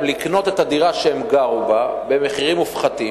לקנות את הדירה שהם גרו בה במחיר מופחת.